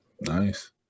Nice